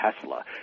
Tesla